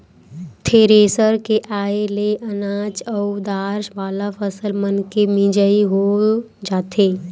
thresher के आये ले अनाज अउ दार वाला फसल मनके मिजई हो जाथे